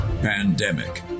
Pandemic